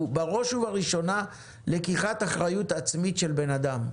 הוא בראש ובראשונה לקיחת אחריות עצמית של בן אדם.